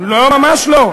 אז תחזור בך, לא, ממש לא.